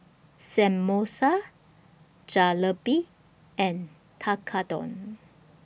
Samosa Jalebi and Tekkadon